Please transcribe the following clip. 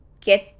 get